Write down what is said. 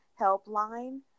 helpline